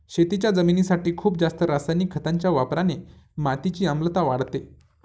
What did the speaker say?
शेतीच्या जमिनीसाठी खूप जास्त रासायनिक खतांच्या वापराने मातीची आम्लता वाढते